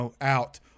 out